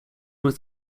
with